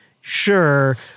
sure